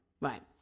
right